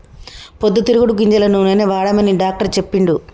పొద్దు తిరుగుడు గింజల నూనెనే వాడమని డాక్టర్ చెప్పిండు